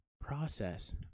process